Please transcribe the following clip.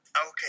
okay